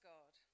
God